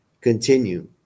continue